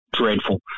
dreadful